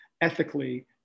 ethically